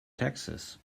taxes